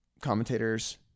commentators